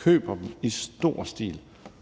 køber dem i stor stil